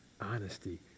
Honesty